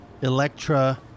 Electra